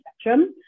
spectrum